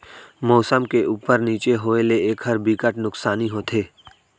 मउसम के उप्पर नीचे होए ले एखर बिकट नुकसानी होथे